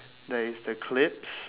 there is the clips